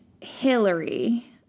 Hillary